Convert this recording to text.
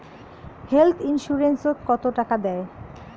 Health insurance ওত কত টাকা দেয়?